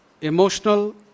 emotional